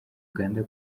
uganda